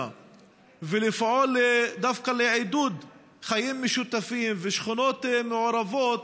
ולפעול דווקא לעידוד חיים משותפים ושכונות מעורבות,